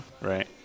Right